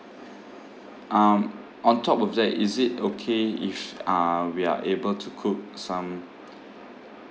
um on top of that is it okay if uh we are able to cook some